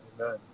Amen